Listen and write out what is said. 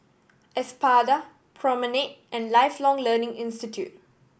Espada Promenade and Lifelong Learning Institute